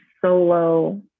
solo